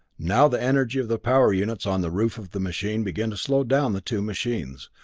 now the energy of the power units on the roof of the machine began to slow down the two machines,